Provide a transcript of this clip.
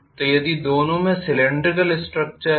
तो यदि दोनों में सीलिन्ड्रीकल स्ट्रक्चर है